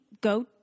go